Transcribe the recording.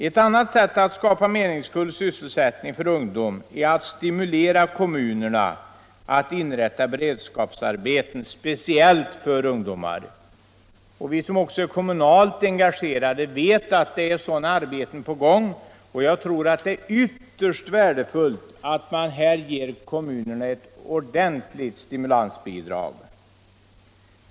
Ett annat sätt att skapa meningsfull sysselsättning för ungdom är att stimulera kommunerna att inrätta beredskapsarbeten speciellt för ungdomar. Vi som också är kommunalt engagerade vet att det är sådana arbeten på gång, och jag tror det är ytterst värdefullt att man här ger kommunerna ett ordentligt stimulansbidrag.